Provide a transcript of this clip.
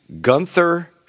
Gunther